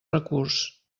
recurs